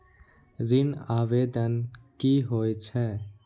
ऋण आवेदन की होय छै?